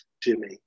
Jimmy